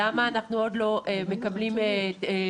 אבל התכנית הזאת בעיקר יכולה לסייע להקמת מפעלים תעשייתיים באזורי